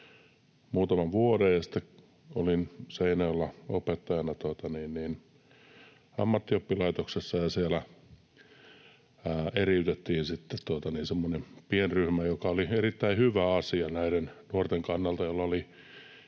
muutaman vuoden Seinäjoella opettajana ammattioppilaitoksessa siellä eriytettiin semmoinen pieni ryhmä, joka oli erittäin hyvä asia näiden nuorten kannalta,